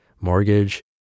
mortgage